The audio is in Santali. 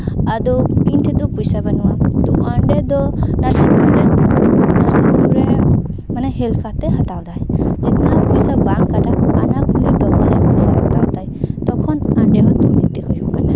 ᱟᱫᱚ ᱤᱧ ᱴᱷᱮᱱ ᱫᱚ ᱯᱚᱭᱥᱟ ᱵᱟᱹᱱᱩᱜᱼᱟ ᱚᱸᱰᱮ ᱫᱚ ᱱᱟᱨᱥᱤᱝ ᱦᱳᱢᱨᱮ ᱱᱟᱨᱥᱤᱝ ᱦᱳᱢᱨᱮ ᱢᱟᱱᱮ ᱦᱮᱞᱯᱷ ᱠᱟᱛᱮ ᱦᱟᱛᱟᱣ ᱫᱟᱭ ᱴᱟᱠᱟ ᱯᱚᱭᱥᱟ ᱵᱟᱝ ᱵᱟᱝ ᱠᱟᱴᱟᱜ ᱠᱟᱱᱟ ᱯᱚᱭᱥᱟ ᱦᱟᱛᱟᱣ ᱫᱟᱭ ᱛᱚᱠᱷᱚᱱ